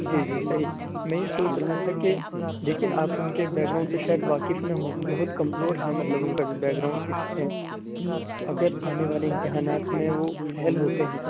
جی جی صحیح میں یہ سوچ رہا تھا کہ دیکھیے آپ ان کے بیک گراؤنڈ سے شاید واقف ںہ ہوں بہت کمزور ہیں مطلب ان کا جو بیک گراؤنڈ پیچھے ہے تو اگر آنے والے امتحانات میں وہ فیل ہوتے ہیں